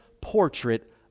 portrait